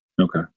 Okay